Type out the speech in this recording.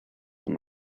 and